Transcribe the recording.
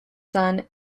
son